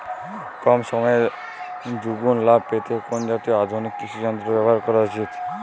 কম সময়ে দুগুন লাভ পেতে কোন জাতীয় আধুনিক কৃষি যন্ত্র ব্যবহার করা উচিৎ?